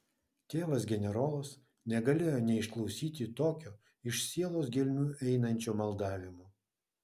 tėvas generolas negalėjo neišklausyti tokio iš sielos gelmių einančio maldavimo